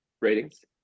ratings